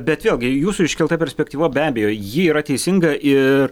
bet vėlgi jūsų iškelta perspektyva be abejo ji yra teisinga ir